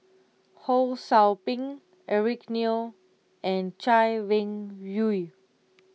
Ho Sou Ping Eric Neo and Chay Weng Yew